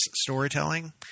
storytelling